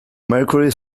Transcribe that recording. mercury